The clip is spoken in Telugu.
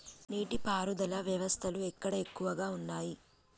నీటి పారుదల వ్యవస్థలు ఎక్కడ ఎక్కువగా ఉన్నాయి?